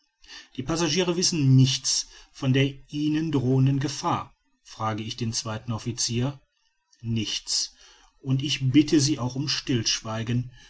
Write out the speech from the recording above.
die passagiere wissen nichts von der ihnen drohenden gefahr frage ich den zweiten officier nichts und ich bitte sie auch um stillschweigen